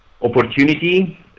opportunity